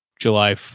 July